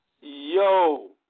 Yo